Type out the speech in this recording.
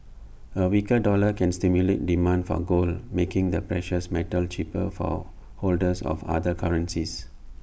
A weaker dollar can stimulate demand for gold making the precious metal cheaper for holders of other currencies